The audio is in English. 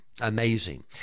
Amazing